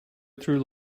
through